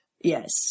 Yes